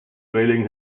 trailing